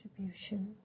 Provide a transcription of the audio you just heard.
distribution